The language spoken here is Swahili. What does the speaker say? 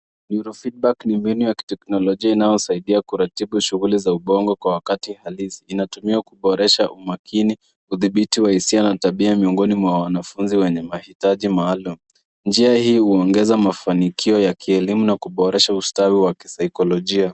Ero-Feedback ni menu ya kiteknolojia inayosaidia kuratibu shughuli za ubongo kwa wakati halisi. Inatumiwa kuboresha umakini kudhibiti hisia na tabia miongoni mwa wanafunzi wenye mahitaji maalum. Njia hii hungeza mafanikio ya kielimu na kuboresha ustawi wa saikilojia.